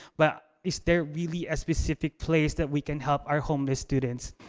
but is there really a specific place that we can help our homeless students?